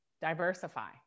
diversify